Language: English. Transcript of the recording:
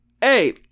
hey